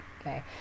Okay